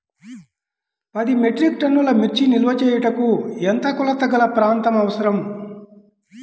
పది మెట్రిక్ టన్నుల మిర్చి నిల్వ చేయుటకు ఎంత కోలతగల ప్రాంతం అవసరం?